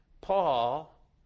Paul